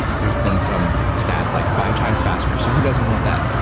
there're been some stats like five times faster. so who doesn't want that?